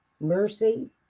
mercy